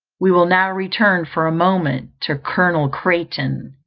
we will now return for a moment to colonel crayton.